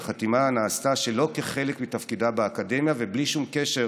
והחתימה נעשתה שלא כחלק מתפקידה באקדמיה ובלי שום קשר